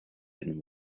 and